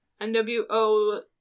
NWO